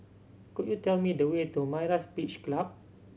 could you tell me the way to Myra's Beach Club